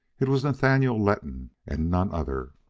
it was nathaniel letton, and none other.